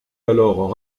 alors